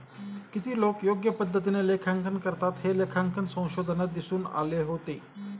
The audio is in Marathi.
किती लोकं योग्य पद्धतीने लेखांकन करतात, हे लेखांकन संशोधनात दिसून आलं होतं